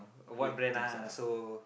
what brand ah so